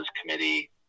Committee